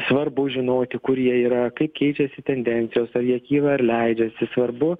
svarbu žinoti kur yra kaip keičiasi tendencijos ar jie kyla ar leidžiasi svarbu